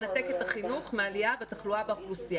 אי-אפשר לנתק את החינוך מהעלייה בתחלואה באוכלוסייה.